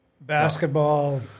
Basketball